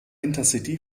intercity